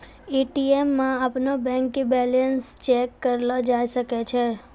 ATM मे अपनो bank के बैलेंस चेक करलो जाय सकै छै